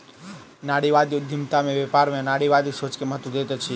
नारीवादी उद्यमिता में व्यापार में नारीवादी सोच के महत्त्व दैत अछि